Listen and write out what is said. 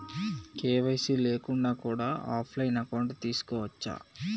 KYC లేకుండా కూడా offline account తీసుకోవచ్చా?